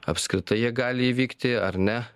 apskritai jie gali įvykti ar ne